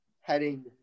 heading